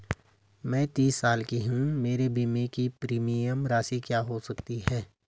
मैं तीस साल की हूँ मेरे बीमे की प्रीमियम राशि क्या हो सकती है?